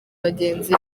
bagenzi